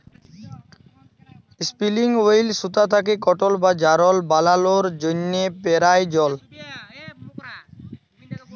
ইসপিলিং wheel সুতা থ্যাকে কটল বা যারল বালালোর জ্যনহে পেরায়জল